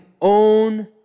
own